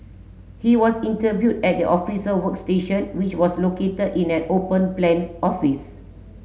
he was interviewed at the officer workstation which was located in an open plan office